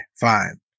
fine